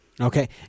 Okay